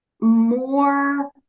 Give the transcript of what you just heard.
more